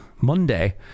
Monday